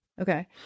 Okay